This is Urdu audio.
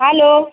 ہیلو